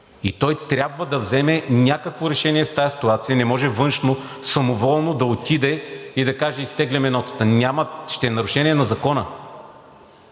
И той трябва да вземе някакво решение в тази ситуация, не може Външно самоволно да отиде и да каже: изтегляме нотата. Ще е нарушение на закона.